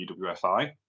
uwfi